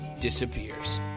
disappears